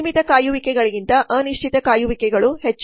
ಸೀಮಿತ ಕಾಯುವಿಕೆಗಳಿಗಿಂತ ಅನಿಶ್ಚಿತ ಕಾಯುವಿಕೆಗಳು ಹೆಚ್ಚು